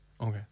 Okay